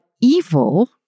evil